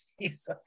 Jesus